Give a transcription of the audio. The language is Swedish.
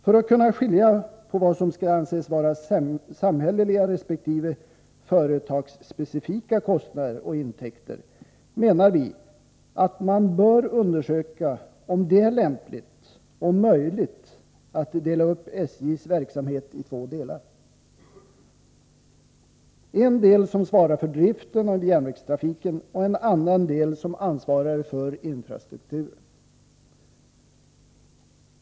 För att kunna skilja på vad som skall anses vara samhälleliga resp. företagsspecifika kostnader och intäkter menar vi att man bör undersöka om det är lämpligt och möjligt att dela upp SJ:s verksamhet i två delar: en del som svarar för driften av järnvägstrafiken och en annan del som ansvarar för infrastrukturen.